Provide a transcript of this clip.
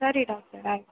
ಸರಿ ಡಾಕ್ಟರ್ ಆಯ್ತು